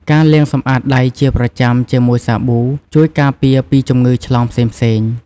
ការលាងសម្អាតដៃជាប្រចាំជាមួយសាប៊ូ ជួយការពារពីជំងឺឆ្លងផ្សេងៗ។